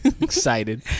Excited